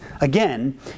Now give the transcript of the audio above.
again